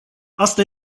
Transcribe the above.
asta